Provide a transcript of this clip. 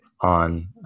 on